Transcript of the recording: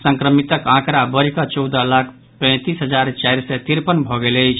संक्रमितक आंकड़ा बढ़िकऽ चौदह लाख पैंतीस हजार चारि सय तिरपन भऽ गेल अछि